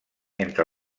entre